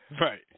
right